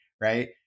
right